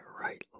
right